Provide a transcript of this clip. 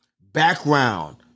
Background